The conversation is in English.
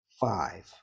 Five